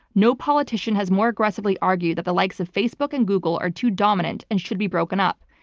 no politician has more aggressively argued that the likes of facebook and google are too dominant and should be broken up.